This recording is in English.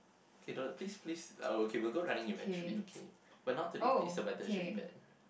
okay do~ please please oh okay we will go running eventually okay but not today please the weather is really bad